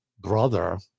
brother